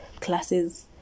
classes